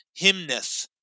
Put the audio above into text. hymneth